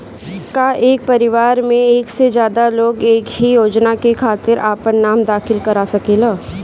का एक परिवार में एक से ज्यादा लोग एक ही योजना के खातिर आपन नाम दाखिल करा सकेला?